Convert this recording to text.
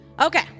Okay